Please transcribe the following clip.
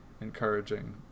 encouraging